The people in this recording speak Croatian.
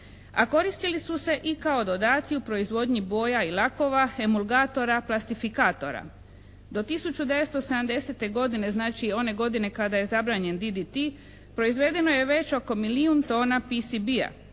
a koristili su se i kao dodaci u proizvodnji boja i lakova, emulgatora, plastifikatora. Do 1970. godine, znači one godine kada je zabranjen DDT proizvedeno je već oko milijun tona PCB-a.